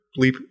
bleep